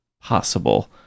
possible